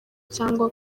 cyangwa